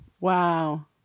Wow